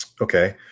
Okay